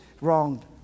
wronged